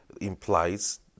implies